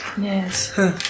Yes